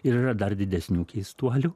ir yra dar didesnių keistuolių